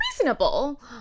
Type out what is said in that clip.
reasonable